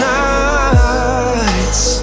nights